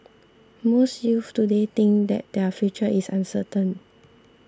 most youths today think that their future is uncertain